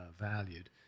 valued